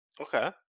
Okay